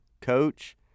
coach